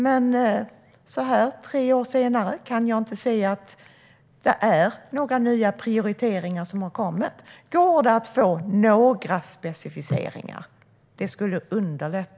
Men så här tre år senare kan jag inte se att det är några nya prioriteringar som har tillkommit. Går det att få några specificeringar? Det skulle underlätta.